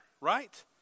right